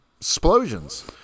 Explosions